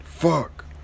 Fuck